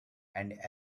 and